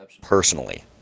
Personally